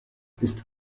ist